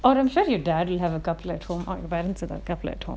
I'm sure your daddy have a couple at home or your parents have a couple at home